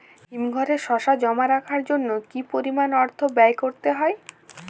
হিমঘরে শসা জমা রাখার জন্য কি পরিমাণ অর্থ ব্যয় করতে হয়?